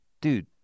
dude